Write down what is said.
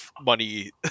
money